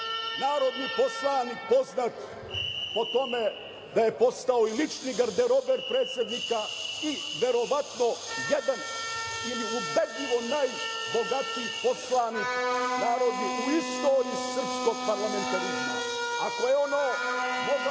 narodni poslanik poznat po tome da je postao i lični garderober predsednika i verovatno jedan ili ubedljivo najbogatiji narodni poslanik u istoriji srpskog parlamentarizma, ako je ono